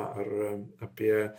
ar apie